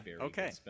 okay